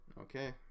Okay